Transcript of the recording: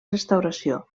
restauració